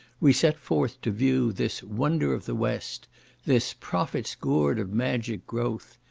we set forth to view this wonder of the west this prophet's gourd of magic growth,